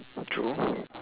true